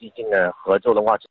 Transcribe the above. you can watch